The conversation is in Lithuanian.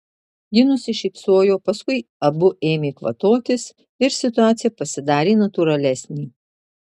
ji nusišypsojo paskui abu ėmė kvatotis ir situacija pasidarė natūralesnė